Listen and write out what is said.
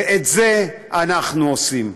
ואת זה אנחנו עושים.